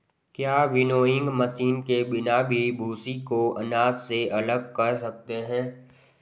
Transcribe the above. क्या winnowing machine के बिना भी भूसी को अनाज से अलग कर सकते हैं?